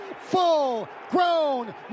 full-grown